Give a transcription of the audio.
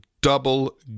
double